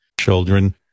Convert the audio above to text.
children